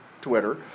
Twitter